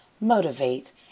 motivate